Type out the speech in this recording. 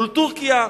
מול טורקיה.